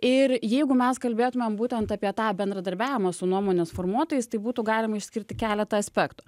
ir jeigu mes kalbėtumėm būtent apie tą bendradarbiavimą su nuomonės formuotojais tai būtų galima išskirti keletą aspektų